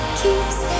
keeps